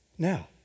Now